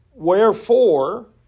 Wherefore